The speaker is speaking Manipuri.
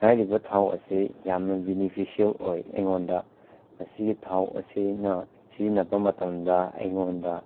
ꯍꯥꯏꯔꯤꯕ ꯊꯥꯎ ꯑꯁꯤ ꯌꯥꯝꯅ ꯕꯤꯅꯤꯐꯤꯁꯦꯜ ꯑꯣꯏ ꯑꯩꯉꯣꯟꯗ ꯃꯁꯤꯒꯤ ꯊꯥꯎ ꯑꯁꯤꯅ ꯁꯤꯖꯤꯟꯅꯕ ꯃꯇꯝꯗ ꯑꯩꯉꯣꯟꯗ